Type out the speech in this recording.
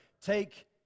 take